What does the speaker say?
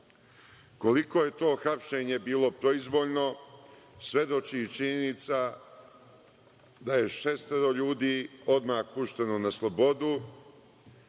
Koliko je to hapšenje bilo proizvoljno, svedoči i činjenica da je šestoro ljudi odmah pušteno na slobodu,